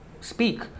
speak